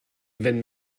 wenn